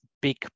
big